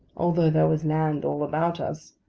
although there was land all about us,